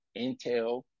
intel